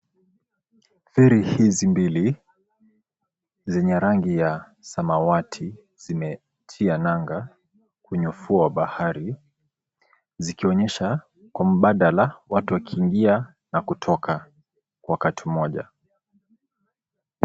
Feri hizi mbili, zenye rangi ya samawati zimetia nanga kwenye ufuo wa bahari zikionyesha kwa mbadala watu wakiingia na kutoka wakati moja.